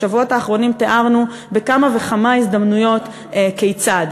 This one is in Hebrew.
בשבועות האחרונים תיארנו בכמה וכמה הזדמנויות כיצד.